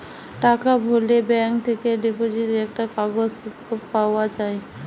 টাকা ভরলে ব্যাঙ্ক থেকে ডিপোজিট একটা কাগজ স্লিপ পাওয়া যায়